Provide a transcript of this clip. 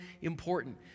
important